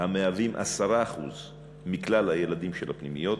המהווים 10% מכלל ילדי הפנימיות,